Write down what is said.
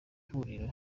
huriro